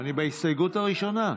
בהסתייגות הראשונה.